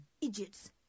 idiots